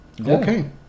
Okay